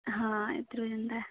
हां इद्धरूं जंदा ऐ